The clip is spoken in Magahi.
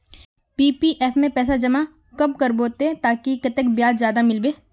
पी.पी.एफ में पैसा जमा कब करबो ते ताकि कतेक ब्याज ज्यादा मिलबे?